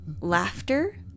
laughter